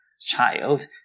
child